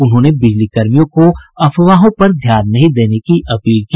उन्होंने बिजली कर्मियों को अफवाहों पर ध्यान नहीं देने की अपील की